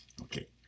Okay